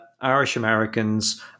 Irish-Americans